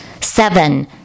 seven